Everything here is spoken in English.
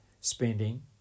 spending